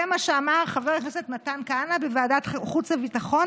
זה מה שאמר חבר הכנסת מתן כהנא בוועדת חוץ וביטחון